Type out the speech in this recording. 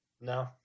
No